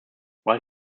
while